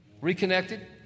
Reconnected